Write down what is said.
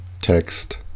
text